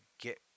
get